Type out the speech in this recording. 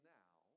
now